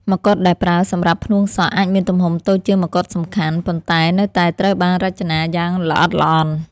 ម្កុដដែលប្រើសម្រាប់ផ្នួងសក់អាចមានទំហំតូចជាងម្កុដសំខាន់ ប៉ុន្តែនៅតែត្រូវបានរចនាយ៉ាងល្អិតល្អន់។